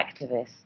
activists